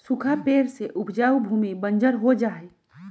सूखा पड़े से उपजाऊ भूमि बंजर हो जा हई